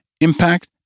impact